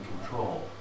control